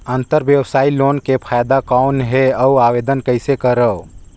अंतरव्यवसायी लोन के फाइदा कौन हे? अउ आवेदन कइसे करव?